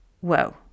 Whoa